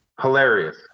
hilarious